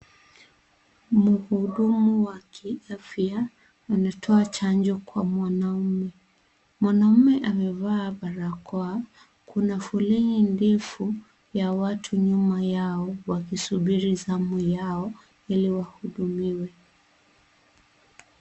Mhudumu wa kiafya anatoa chanjo kwa mwanaume, mwanaume amevaa barakoa, kuna foleni ndefu ya watu nyuma yao wakisubiri zamu yao ili wahudumiwe.